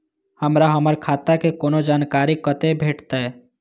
हमरा हमर खाता के कोनो जानकारी कते भेटतै